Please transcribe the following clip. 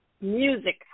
music